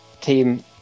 Team